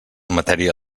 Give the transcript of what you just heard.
matèria